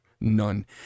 None